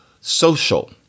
Social